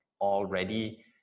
already